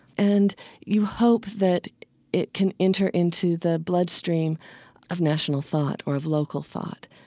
and you hope that it can enter into the bloodstream of national thought or of local thought.